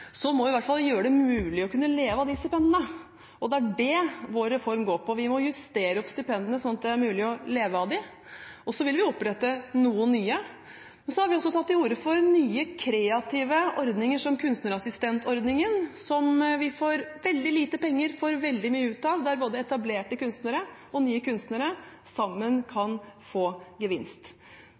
så vil vi opprette noen nye. Vi har også tatt til orde for nye kreative ordninger, som Kunstnerassistentordningen, som vi for veldig lite penger får veldig mye ut av, og der både etablerte kunstnere og nye kunstnere sammen kan få gevinst.